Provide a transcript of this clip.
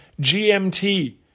GMT